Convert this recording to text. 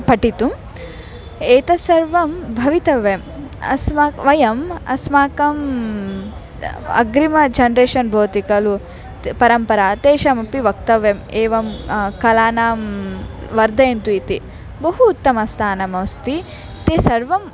पठितुम् एतत् सर्वं भवितव्यम् अस्माकं वयम् अस्माकम् अग्रिमं जनरेशन् भवति खलु परम्परा तेषामपि वक्तव्यम् एवं कलानां वर्धयन्तु इति बहु उत्तमं स्थानमस्ति ते सर्वम्